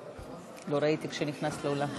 לא ראיתי שנכנסת לאולם.